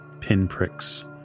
pinpricks